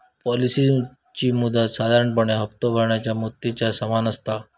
पॉलिसीची मुदत साधारणपणे हप्तो भरणाऱ्या मुदतीच्या समान असता